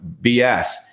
BS